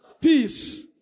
peace